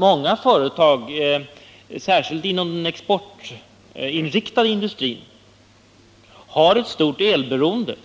Många företag, särskilt inom den exportinriktade industrin, har ett stort elberoende,